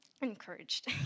encouraged